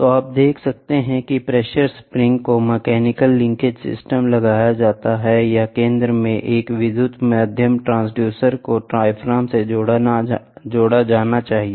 तो आप देख सकते हैं कि प्रेशर स्प्रिंग्स को मैकेनिकल लिंकेज सिस्टम लगाया जाता है या केंद्र में एक विद्युत माध्यमिक ट्रांसड्यूसर को डायाफ्राम से जोड़ा जाना चाहिए